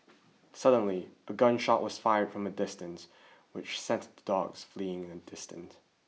suddenly a gun shot was fired from a distance which sent the dogs fleeing in the distant